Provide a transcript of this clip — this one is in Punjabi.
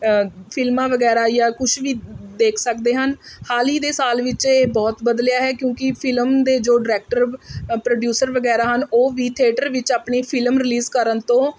ਫਿਲਮਾਂ ਵਗੈਰਾ ਜਾਂ ਕੁਛ ਵੀ ਦੇਖ ਸਕਦੇ ਹਨ ਹਾਲੀ ਦੇ ਸਾਲ ਵਿੱਚ ਇਹ ਬਹੁਤ ਬਦਲਿਆ ਹੈ ਕਿਉਂਕਿ ਫਿਲਮ ਦੇ ਜੋ ਡਾਇਰੈਕਟਰ ਪ੍ਰੋਡਿਊਸਰ ਵਗੈਰਾ ਹਨ ਉਹ ਵੀ ਥਿਏਟਰ ਵਿੱਚ ਆਪਣੀ ਫਿਲਮ ਰਿਲੀਜ਼ ਕਰਨ ਤੋਂ